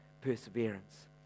perseverance